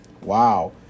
wow